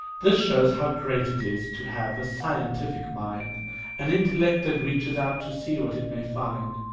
this shows how great it is to have a scientific mind an intellect that reaches out to see what it may find.